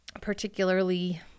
particularly